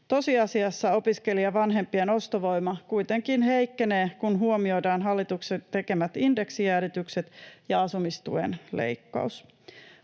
Tosiasiassa opiskelijavanhempien ostovoima kuitenkin heikkenee, kun huomioidaan hallituksen tekemät indeksijäädytykset ja asumistuen leikkaus.